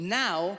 now